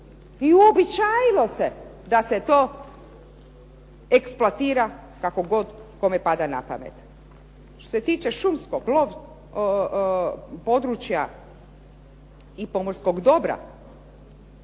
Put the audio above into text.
I uobičajilo se da se to eksploatira kako god kome pada na pamet. Što se tiče šumskog područja i pomorskog dobra